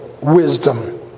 wisdom